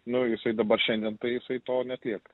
nu jisai dabar šiandien tai jisai to ne tiek